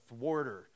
thwarter